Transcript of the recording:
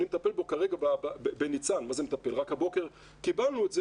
שאני מטפל בו כרגע בניצן רק הבוקר קיבלנו את זה